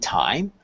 time